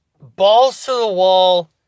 balls-to-the-wall